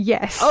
Yes